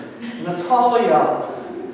Natalia